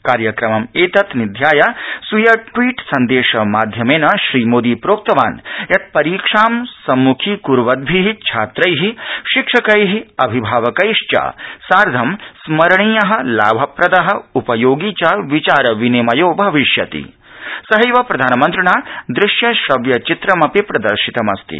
कार्यक्रममेतत् निध्याय स्वीयटवीटसंदेशमाध्यमेन श्री मोदी प्रोक्तवान् यत् परीक्षां सम्मुखीकर्वदभि छात्रै शिक्षकै अभिभावकैश्च सार्ध स्मरणीय लाभप्रद उपयोगी च विचारविनिमयो भविष्यति सहैव प्रधानमन्त्रिणा दृश्यश्रव्यचित्रमपि प्रदर्शितमस्ति